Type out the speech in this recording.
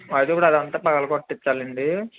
అది కూడా అదంతా పగలుకొట్టించాలి అండి